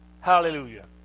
Hallelujah